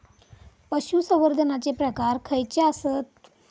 पशुसंवर्धनाचे प्रकार खयचे आसत?